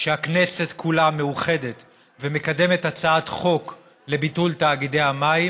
שהכנסת כולה מאוחדת ומקדמת הצעת חוק לביטול תאגידי המים,